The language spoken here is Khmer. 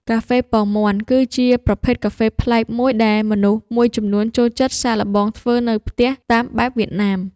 កាហ្វេពងមាន់ គឺជាប្រភេទកាហ្វេប្លែកមួយដែលមនុស្សមួយចំនួនចូលចិត្តសាកល្បងធ្វើនៅផ្ទះតាមបែបវៀតណាម។